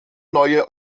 neue